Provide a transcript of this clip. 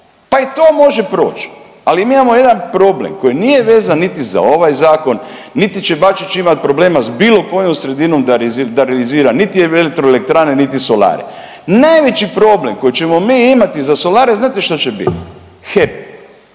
Pa i to može proći, ali mi imamo jedan problem koji nije vezan niti za ovaj zakon, niti će Bačić imati problema s bilo kojom sredinom da realizira niti vjetroelektrane, niti solare. Najveći problem koji ćemo mi imati za solare znate šta će biti HEP.